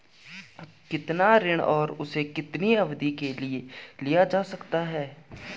कितना ऋण और उसे कितनी अवधि के लिए लिया जा सकता है?